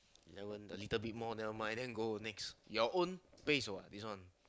eleven a little bit more never mind then go next your own pace what this one